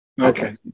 Okay